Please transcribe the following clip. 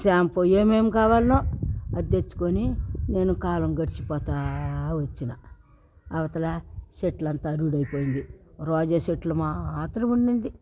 shampoo ఏమేం కావాలో అది తెచ్చుకుని నేను కాలం గడిచిపోతా వచ్చినా అవతల చెట్లన్నీ రూడైపోయినై రోజా చెట్లు మాత్రం ఉండింది